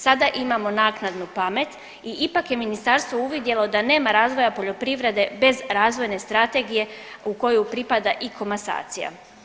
Sada imamo naknadnu pamet i ipak je ministarstvo uvidjelo da nema razvoja poljoprivrede bez razvojne strategije u koju pripada i komasacija.